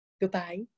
Goodbye